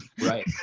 right